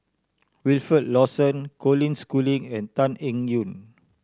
Wilfed Lawson Colin Schooling and Tan Eng Yoon